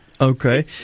okay